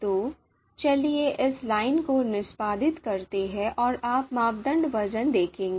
तो चलिए इस लाइन को निष्पादित करते हैं और आप मापदंड वज़न देखेंगे